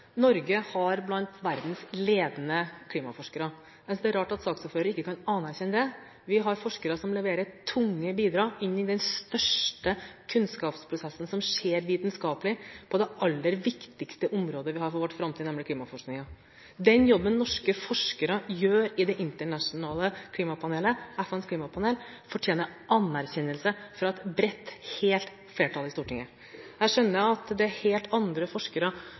Norge har klimaforskere som er blant verdens ledende. Jeg synes det er rart at saksordføreren ikke kan anerkjenne det. Vi har forskere som leverer tunge bidrag til den største vitenskapelige kunnskapsprosessen som skjer på det aller viktigste området vi har når det gjelder vår framtid, nemlig klimaforskningen. Den jobben norske forskere gjør i FNs klimapanel, fortjener anerkjennelse fra et bredt og enstemmig flertall i Stortinget. Jeg skjønner at det er helt andre forskere